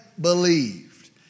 believed